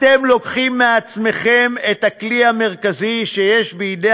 אתם לוקחים מעצמכם את הכלי המרכזי שיש בידי